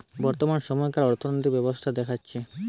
বর্তমান সময়কার অর্থনৈতিক ব্যবস্থা দেখতেছে